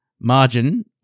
margin